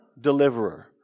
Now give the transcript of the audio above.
deliverer